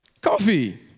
coffee